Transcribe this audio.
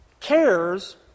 cares